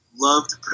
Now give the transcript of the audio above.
loved